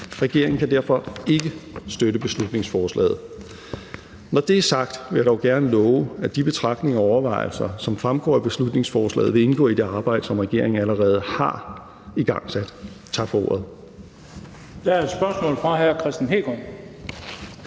Regeringen kan derfor ikke støtte beslutningsforslaget. Når det er sagt, vil jeg dog gerne love, at de betragtninger og overvejelser, som fremgår af beslutningsforslaget, vil indgå i det arbejde, som regeringen allerede har igangsat. Tak for ordet. Kl. 16:15 Den fg. formand